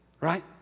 right